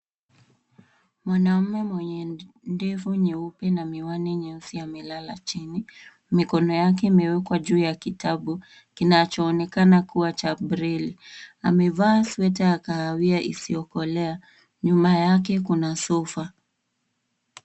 Mwanaume mwenye ndevu nyeupe na miwani nyeusi amelala chini, mikono yake imewekwa juu ya kitabu kinachoonekana kuwa cha breli. Amevaa sweta ya kahawia isiyokolea. Nyuma yake kuna sofa.